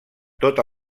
tota